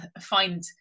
find